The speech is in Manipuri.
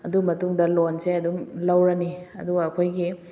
ꯑꯗꯨ ꯃꯇꯨꯡꯗ ꯂꯣꯟꯁꯦ ꯑꯗꯨꯝ ꯂꯧꯔꯅꯤ ꯑꯗꯨꯒ ꯑꯩꯈꯣꯏꯒꯤ